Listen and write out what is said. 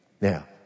Now